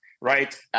right